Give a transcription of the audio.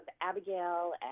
Abigail